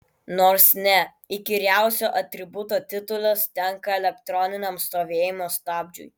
nors ne įkyriausio atributo titulas tenka elektroniniam stovėjimo stabdžiui